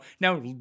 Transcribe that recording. now